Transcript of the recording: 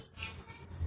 19